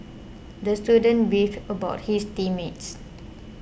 the student beefed about his team mates